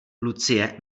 lucie